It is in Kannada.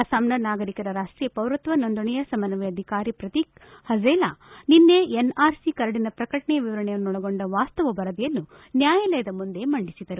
ಅಸ್ವಾಂನ ನಾಗರಿಕರ ರಾಷ್ಷೀಯ ಪೌರತ್ವ ನೋಂದಣಿಯ ಸಮನ್ನಯಾಧಿಕಾರಿ ಪ್ರತೀಕ್ ಹಜೇಲಾ ನಿನ್ನೆ ಎನ್ಆರ್ಸಿ ಕರಡಿನ ಪ್ರಕಟಣೆಯ ವಿವರಗಳನ್ನೊಳಗೊಂಡ ವಾಸ್ತವ ವರದಿಯನ್ನು ನ್ಯಾಯಾಲಯ ಮುಂದೆ ಮಂಡಿಸಿದರು